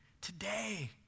Today